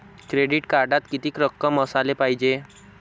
Credit कार्डात कितीक रक्कम असाले पायजे?